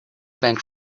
bank